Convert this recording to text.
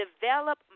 develop